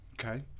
Okay